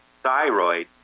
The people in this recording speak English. thyroid